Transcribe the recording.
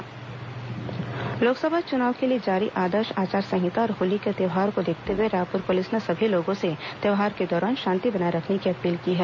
होली शांति व्यवस्था लोकसभा चुनाव के लिए जारी आदर्श आचार संहिता और होली के त्यौहार को देखते हुए रायपुर पुलिस ने सभी लोगों से त्यौहार के दौरान शांति बनाए रखने की अपील की है